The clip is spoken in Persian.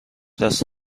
دست